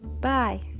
Bye